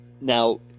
now